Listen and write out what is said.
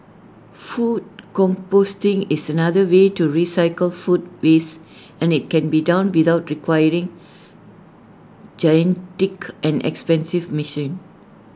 food composting is another way to recycle food waste and IT can be done without requiring and expensive misssion